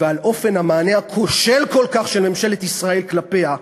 ועל אופן המענה הכושל כל כך של ממשלת ישראל כלפיה,